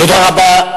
תודה רבה.